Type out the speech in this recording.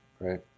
right